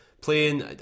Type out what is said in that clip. Playing